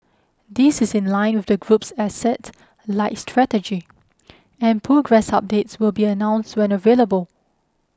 this is in line with the group's asset light strategy and progress updates will be announced when available